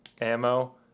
ammo